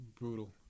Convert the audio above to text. brutal